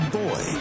boy